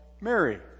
Mary